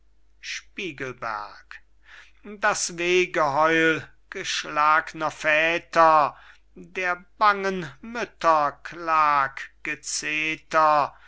bratet das wehgeheul geschlagner väter der bangen mütter klaggezetter